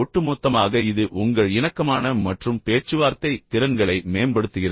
ஒட்டுமொத்தமாக இது உங்கள் இணக்கமான மற்றும் பேச்சுவார்த்தை திறன்களை மேம்படுத்துகிறது